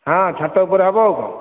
ହଁ ଛାତ ଉପରେ ହେବ ଆଉ କ'ଣ